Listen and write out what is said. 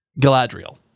Galadriel